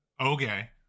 Okay